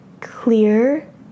Clear